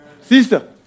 Sister